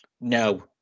No